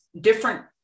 different